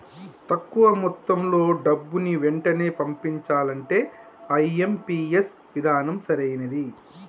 తక్కువ మొత్తంలో డబ్బుని వెంటనే పంపించాలంటే ఐ.ఎం.పీ.ఎస్ విధానం సరైనది